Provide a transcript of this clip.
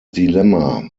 dilemma